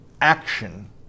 action